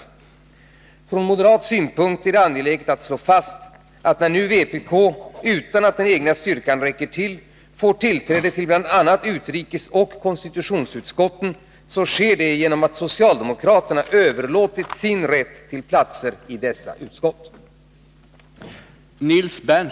Från moderat synpunkt är det angeläget att slå fast, att när nu vpk — utan att den egna styrkan räcker till — får tillträde till bl.a. utrikesoch konstitutionsutskotten, så sker det genom att socialdemokraterna överlåtit sin rätt till platser i dessa utskott.